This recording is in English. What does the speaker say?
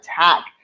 attack